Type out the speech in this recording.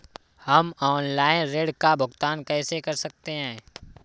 हम ऑनलाइन ऋण का भुगतान कैसे कर सकते हैं?